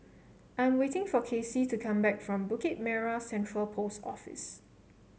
I am waiting for Casie to come back from Bukit Merah Central Post Office